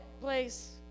place